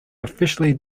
officially